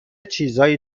چیزایی